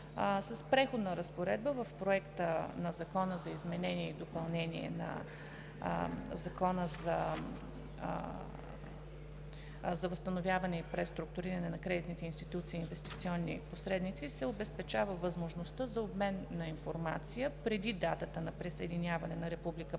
С Преходна разпоредба в Проекта на закона на изменение и допълнение на Закона за възстановяване и преструктуриране на кредитните институции и инвестиционни посредници се обезпечава възможността за обмен на информация, преди датата на присъединяване на